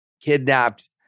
kidnapped